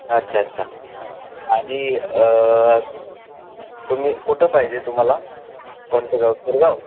अच्छा अच्छा आणि तुम्ही कुठं पाहिजे तुम्हाला कोणते गाव शिरगाव